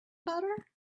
butter